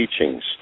teachings